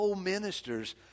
ministers